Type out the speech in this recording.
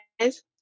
guys